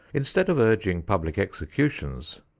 instead of urging public executions,